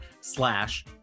slash